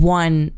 one